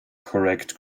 correct